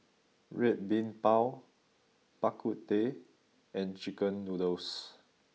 Red Bean Bao Bak Kut Teh and chicken noodles